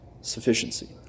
sufficiency